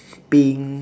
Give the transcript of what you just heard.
pink